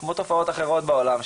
כמו תופעות אחרות בעולם,